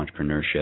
entrepreneurship